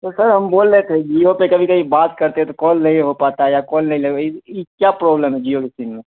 تو سر ہم بول رہے تھے جیو پہ کبھی کبھی بات کرتے ہیں تو کال نہیں ہو پاتا ہے یا کال نہیں لگ یہ یہ کیا پرابلم ہے جیو کے سیم میں